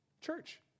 church